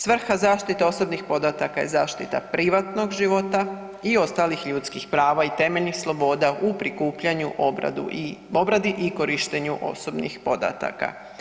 Svrha zaštite osobnih podataka je zaštita privatno života i ostalih ljudskih prava i temeljnih sloboda u prikupljanju, obradi i korištenju osobnih podataka.